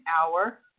hour